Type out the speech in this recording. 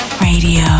Radio